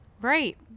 right